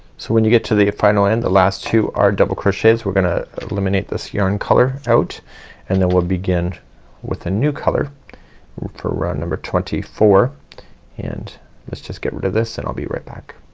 so when you get to the final end the last two are double crochets. we're gonna eliminate this yarn color out and then we'll begin with a new color for row number twenty four and let's just get rid of this and i'll be right back.